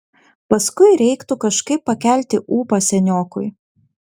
paskui reiktų kažkaip pakelti ūpą seniokui